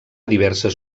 diverses